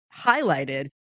highlighted